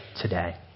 today